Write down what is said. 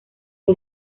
fue